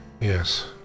Yes